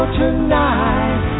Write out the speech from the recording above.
tonight